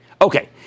Okay